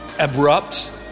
Abrupt